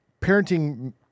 parenting